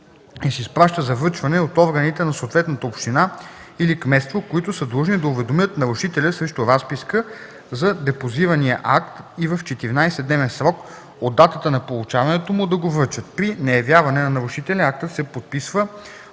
изпраща за връчване от органите на съответната община или кметство, които са длъжни да уведомят нарушителя срещу разписка за депозирания акт и в 14-дневен срок от датата на получаването му да го връчат. При неявяване на нарушителя актът се подписва